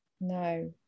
No